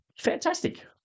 fantastic